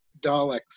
Daleks